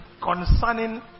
concerning